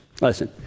listen